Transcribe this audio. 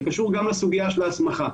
זה קשור גם לסוגיה שלה הסמכה.